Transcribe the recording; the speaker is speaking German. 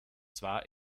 zwar